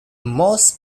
most